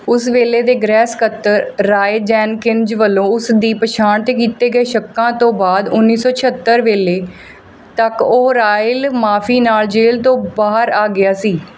ਉਸ ਵੇਲੇ ਦੇ ਗ੍ਰਹਿ ਸਕੱਤਰ ਰਾਏ ਜੈਨਕਿਨਜ਼ ਵੱਲੋਂ ਉਸ ਦੀ ਪਛਾਣ 'ਤੇ ਕੀਤੇ ਗਏ ਸ਼ੱਕਾਂ ਤੋਂ ਬਾਅਦ ਉੱਨੀ ਸੌ ਛਿਹੱਤਰ ਵੇਲੇ ਤੱਕ ਉਹ ਰਾਇਲ ਮਾਫ਼ੀ ਨਾਲ਼ ਜੇਲ੍ਹ ਤੋਂ ਬਾਹਰ ਆ ਗਿਆ ਸੀ